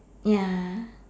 ya